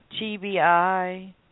TBI